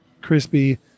crispy